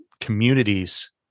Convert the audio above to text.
communities